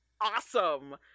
awesome